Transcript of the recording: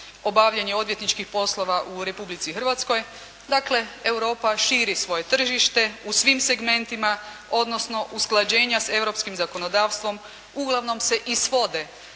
obavljanje odvjetničkih poslova u Republici Hrvatskoj, dakle Europa širi svoje tržište u svim segmentima, odnosno usklađenja s europskim zakonodavstvom uglavnom se i svode